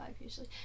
usually